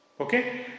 okay